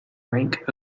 rank